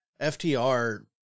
FTR